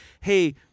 hey